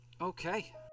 Okay